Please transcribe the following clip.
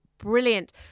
Brilliant